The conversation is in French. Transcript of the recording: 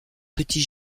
petit